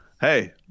Hey